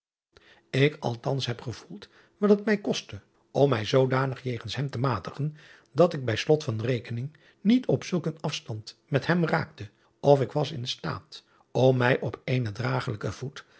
k althans hebgevoeld wat het mij kostte om mij zoodanig jegens hem te matigen dat ik bij slot van rekening niet op zulk een afstand met hem raakte of ik was in staat om mij op eenen dragelijken voet